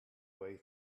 way